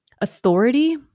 authority